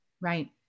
right